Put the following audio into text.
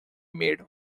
made